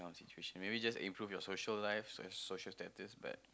situation maybe just improve your social life or your social status but